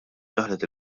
daħlet